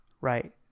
right